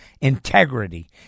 integrity